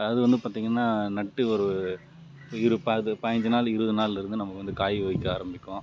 அதாவது வந்து பார்த்திங்கன்னா நட்டு ஒரு இரு பயஞ்சி நாள் இருபது நாள்லேருந்து நம்ம வந்து காய் வைக்க ஆரம்பிக்கும்